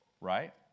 right